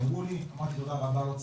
אמרו לי, אמרתי תודה רבה, לא צריך,